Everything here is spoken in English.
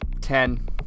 Ten